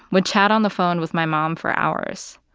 would chat on the phone with my mom for hours.